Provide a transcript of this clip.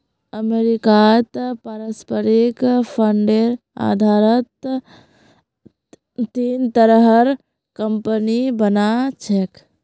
अमरीकात पारस्परिक फंडेर आधारत तीन तरहर कम्पनि बना छेक